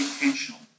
intentional